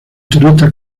turistas